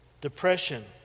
depression